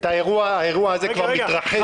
האירוע הזה כבר התרחש.